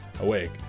awake